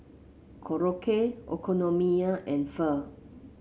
Korokke Okonomiyaki and Pho